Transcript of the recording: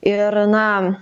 ir na